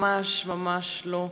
ממש ממש לא.